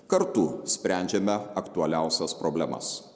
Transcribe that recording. kartu sprendžiame aktualiausias problemas